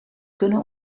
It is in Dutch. kunnen